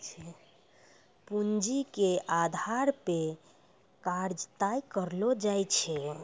पूंजी के आधार पे कर्जा तय करलो जाय छै